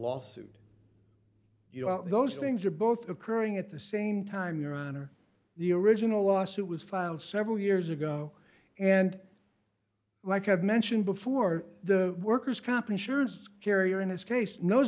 law suit you know those things are both occurring at the same time your honor the original lawsuit was filed several years ago and like i've mentioned before the workers comp insurance carrier in his case knows